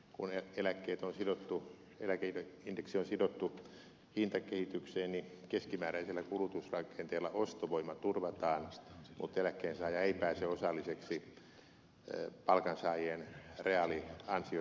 kun eläkeindeksi on sidottu hintakehitykseen niin keskimääräisellä kulutusrakenteella ostovoima turvataan mutta eläkkeensaaja ei pääse osalliseksi palkansaajien reaaliansioitten noususta jota on jatkuvasti tapahtunut